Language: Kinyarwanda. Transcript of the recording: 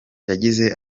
yagize